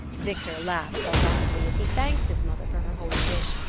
victor laughed sardonically as he thanked his mother for her holy wish,